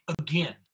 again